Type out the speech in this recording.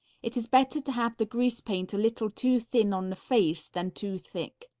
it is better to have the grease paint a little too thin on the face than too thick,